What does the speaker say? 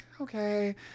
Okay